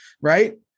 right